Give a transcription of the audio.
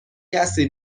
کسی